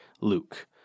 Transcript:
Luke